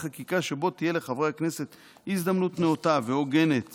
חקיקה שבו תהיה לחברי הכנסת הזדמנות נאותה והוגנת